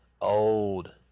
old